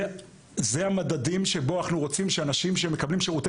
זה המדדים שבו אנחנו רוצים שאנשים שמקבלים שירותי